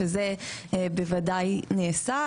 שזה בוודאי נעשה,